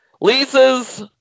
Lisa's